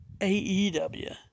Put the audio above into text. AEW